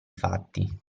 fatti